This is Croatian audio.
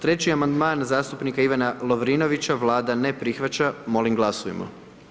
Treći amandman zastupnika Ivana Lovrinovića Vlada ne prihvaća, molim glasujmo.